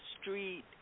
street